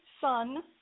son